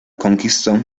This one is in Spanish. conquistó